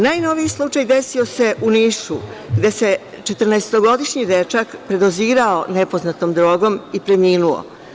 Najnoviji slučaj desio se u Nišu, gde se 14-godišnji dečak predozirao nepoznatom drogom i preminuo.